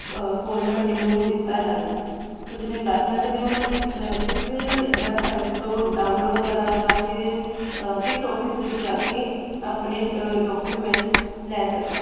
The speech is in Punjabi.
ਫੋਰਮੈਟ ਮੈਨੂੰ ਦਿੱਤਾ ਜਾਵੇ ਤੁਸੀਂ ਮੈਨੂੰ ਦੱਸ ਸਕਦੇ ਹੋ ਮੈਂ ਕਿਸ ਵੈਬਸਾਈਟ ਤੋਂ ਡਾਊਨਲੋਡ ਕਰਾ ਜਾਂ ਫਿਰ ਕਿਸ ਆਫਿਸ ਵਿੱਚ ਜਾ ਕੇ ਆਪਣੇ ਡਾਕੂਮੈਂਟਸ ਲੈ ਸਕਾਂ